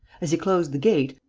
as he closed the gate,